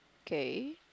kay